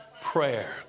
prayer